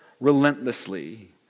relentlessly